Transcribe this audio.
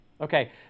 Okay